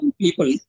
people